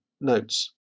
notes